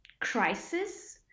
crisis